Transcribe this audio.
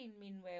meanwhile